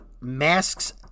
masks